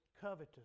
covetous